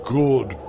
good